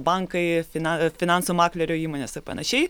bankai fina finansų maklerių įmonės ir panašiai